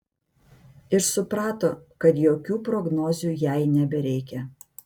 ir suprato kad jokių prognozių jai nebereikia